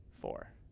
four